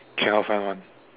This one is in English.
cannot find one